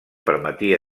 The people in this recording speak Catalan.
permetia